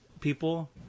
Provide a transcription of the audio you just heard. people